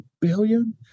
billion